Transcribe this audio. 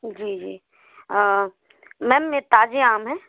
जी जी मैम ये ताज़े आम हैं